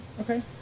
Okay